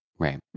right